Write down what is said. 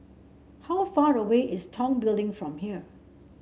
how far away is Tong Building from here